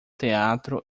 teatro